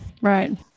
Right